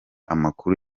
amakuru